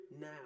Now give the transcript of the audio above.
now